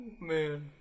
Man